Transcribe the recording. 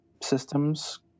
systems